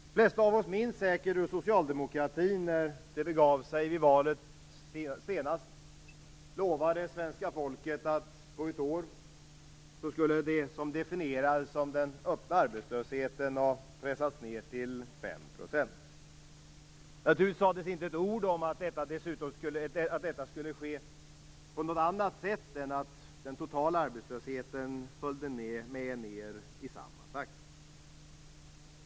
De flesta minns säkert hur socialdemokratin när det begav sig vid det senaste valet lovade svenska folket att det som definierades som den öppna arbetslösheten på ett år skulle pressas ned till 5 %. Naturligtvis sades det inte ett ord om att detta skulle ske på något annat sätt än att den totala arbetslösheten skulle följa med nedåt i samma takt.